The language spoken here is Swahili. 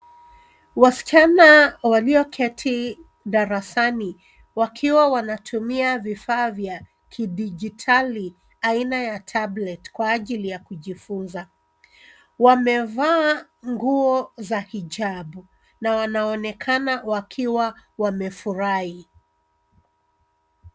Wasichana walioketi darasani wakiwa wanatumia vifaa vya kidijitali aina ya tablet kwa ajili ya kujifunza. Wamevaa nguo za hijabu na wanaonekana wakiwa wamefurahi.